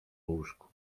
łóżku